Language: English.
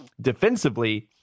defensively